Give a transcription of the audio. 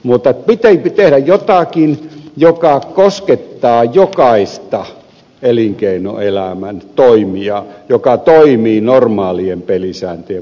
mutta piti tehdä jotakin mikä koskettaa jokaista elinkeinoelämän toimijaa joka toimii normaalien pelisääntöjen mukaan